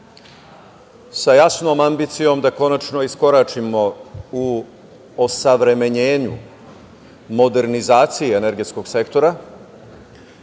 sa jasnom ambicijom da konačno iskoračimo u osavremenjenju, modernizaciji energetskog sektora